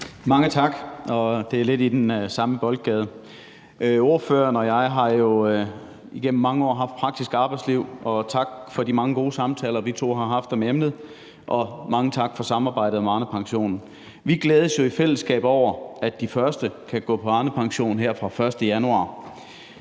Mange tak. Det er lidt i den samme boldgade. Ordføreren og jeg har jo igennem mange år haft et praktisk arbejdsliv, og tak for de mange gode samtaler, vi to har haft om emnet, og mange tak for samarbejdet om Arnepensionen. Vi glædes jo i fællesskab over, at de første kan gå på Arnepension her fra den 1. januar.